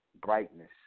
brightness